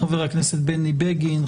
חבר הכנסת בני בגין,